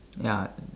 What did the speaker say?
ya